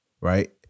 right